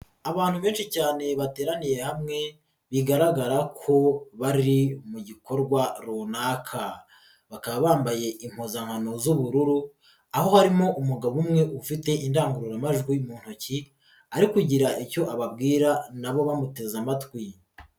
Abantu benshi cyane bateraniye hamwe bigaragara ko bari mu gikorwa runaka, bakaba bambaye impuzankano z'ubururu, aho harimo umugabo umwe ufite indangururamajwi mu ntoki ari kugira icyo ababwira na bo bamuteze amatwi.